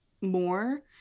more